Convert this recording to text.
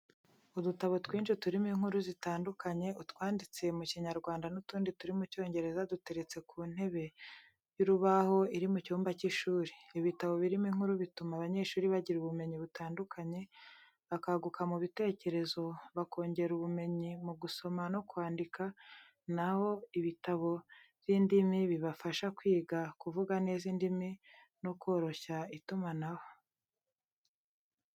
Udutabo twinshi turimo inkuru zitandukanye, utwanditse mu Kinyarwanda n'utundi turi mu Cyongereza duteretse ku ntebe y'urubaho iri mu cyumba cy'ishuri. Ibitabo birimo inkuru bituma abanyeshuri bagira ubumenyi butandukanye, bakaguka mu bitekerezo, bakongera ubumenyi mu gusoma no kwandika, na ho ibitabo by’indimi bibafasha kwiga kuvuga neza indimi no koroshya itumanaho.